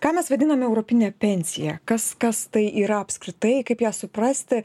ką vadiname europine pensija kas kas tai yra apskritai kaip ją suprasti